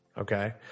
Okay